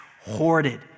hoarded